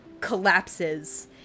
collapses